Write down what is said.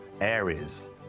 areas